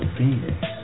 Phoenix